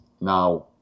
now